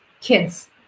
kids